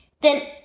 then